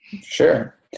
Sure